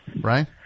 Right